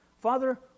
father